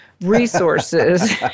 resources